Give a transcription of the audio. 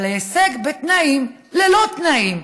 אבל הישג בתנאים, ללא תנאים.